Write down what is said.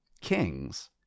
Kings